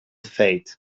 fate